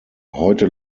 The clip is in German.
heute